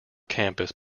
campus